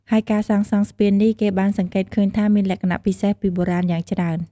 ហើយការសាងសងស្ពាននេះ គេបានសង្កេតឃើញថា មានលក្ខណៈពិសេសពីបុរាណយ៉ាងច្រើន។